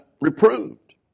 reproved